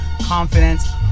confidence